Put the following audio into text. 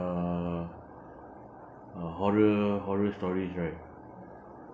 uh horror horror stories right